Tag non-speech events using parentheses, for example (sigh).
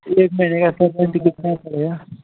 फ़िर एक महीने का (unintelligible) कितना पड़ेगा